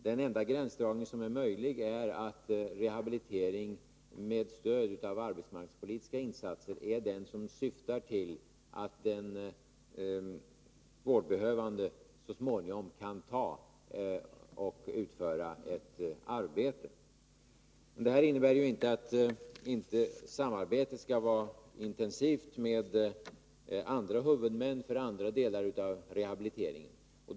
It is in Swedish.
Den enda gränsdragning som är möjlig är att rehabilitering med stöd av arbetsmarknadspolitiska insatser skall vara den som syftar till att den vårdbehövande så småningom kan ta och utföra ett arbete. Detta resonemang innebär inte att samarbetet med huvudmän för andra delar av rehabiliteringen inte skall vara intensivt.